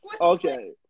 Okay